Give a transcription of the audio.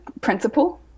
principle